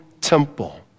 temple